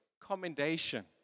commendation